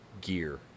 gear